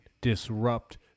disrupt